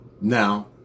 now